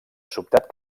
sobtat